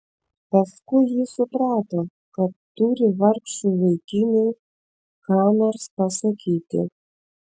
paskui ji suprato kad turi vargšui vaikinui ką nors pasakyti